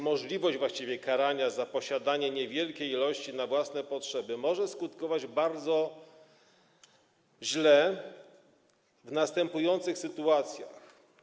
Możliwość karania za posiadanie niewielkiej ilości na własne potrzeby może skutkować bardzo źle w następujących sytuacjach.